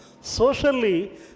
Socially